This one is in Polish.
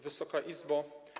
Wysoka Izbo!